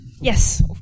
Yes